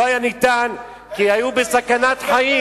לא היה ניתן, כי היו בסכנת חיים.